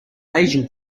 asian